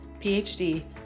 PhD